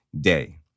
day